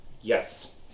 Yes